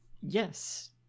Yes